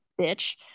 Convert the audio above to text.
bitch